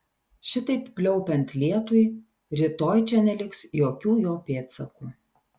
šitaip pliaupiant lietui rytoj čia neliks jokių jo pėdsakų